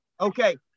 Okay